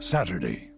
Saturday